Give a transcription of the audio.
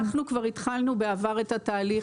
אנחנו כבר התחלנו בעבר את התהליך.